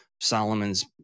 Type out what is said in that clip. Solomon's